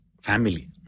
family